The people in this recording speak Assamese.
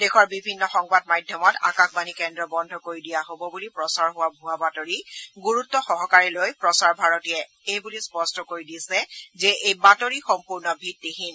দেশৰ বিভিন্ন সংবাদমাধ্যমত আকাশবাণী কেন্দ্ৰ বন্ধ কৰি দিয়া হব বুলি প্ৰচাৰ হোৱা ভুৱা বাতৰিক গুৰুত্ব সহাকাৰে লৈ প্ৰচাৰ ভাৰতীয়ে এইবুলি স্পষ্ট কৰি দিছে যে এই বাতৰি সম্পূৰ্ণ ভিত্তিহীন